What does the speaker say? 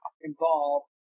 involved